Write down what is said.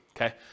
Okay